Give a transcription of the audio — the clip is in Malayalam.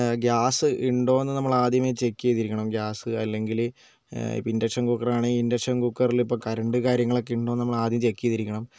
ഗ്യാസ് ഉണ്ടോന്ന് നമ്മൾ ആദ്യമേ ചെക്ക് ചെയ്തിരിക്കണം ഗ്യാസ് അല്ലെങ്കിൽ ഇൻഡക്ഷൻ കുക്കർ ആണെങ്കിൽ ഇൻഡക്ഷൻ കുക്കറില് ഇപ്പോൾ കറണ്ട് കാര്യങ്ങൾ ഉണ്ടോ എന്ന് നമ്മൾ ആദ്യം ചെക്ക് ചെയ്തിരിക്കണം